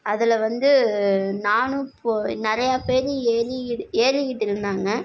அதில் வந்து நானும் போ நிறையா பேர் ஏறி ஏறிக்கிட்டு இருந்தாங்க